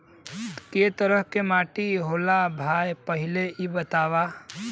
कै तरह के माटी होला भाय पहिले इ बतावा?